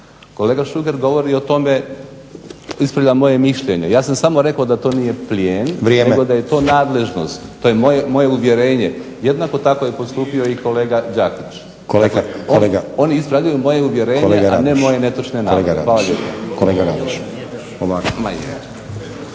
Kolega Šuker govori o tome, ispravlja moje mišljenje. Ja sam samo rekao da to nije plijen… **Stazić, Nenad (SDP)** Vrijeme. **Radoš, Jozo (HNS)** Nego da je to nadležnost. To je moje uvjerenje. Jednako tako je postupio i kolega Đakić. On je ispravio moje uvjerenje, a ne moje netočne navode.